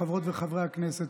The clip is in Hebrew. חברות וחברי הכנסת,